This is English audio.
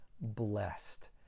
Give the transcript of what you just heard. blessed